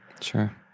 Sure